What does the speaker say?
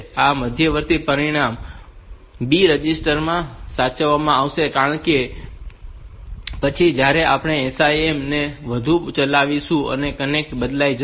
આ મધ્યવર્તી પરિણામ B રજિસ્ટર માં સાચવવામાં આવશે કારણ કે પછી જ્યારે આપણે આ SIM અને તે બધું ચલાવીશું ત્યારે કન્ટેન્ટ બદલાઈ જશે